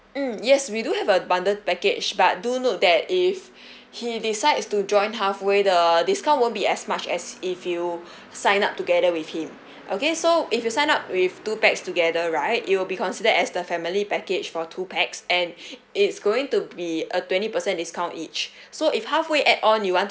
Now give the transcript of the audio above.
mm yes we do have a bundle package but do note that if he decides to join halfway the discount won't be as much as if you sign up together with him okay so if you sign up with two pax together right it will be considered as the family package for two pax and it's going to be a twenty percent discount each so if halfway add on you want to